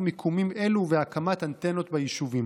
מיקומים אלו ובהקמת אנטנות ביישובים.